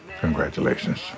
Congratulations